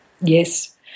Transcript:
Yes